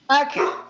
Okay